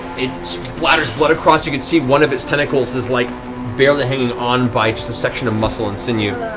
it splatters blood across. you can see one of its tentacles is like barely hanging on by just a section of muscle and sinew.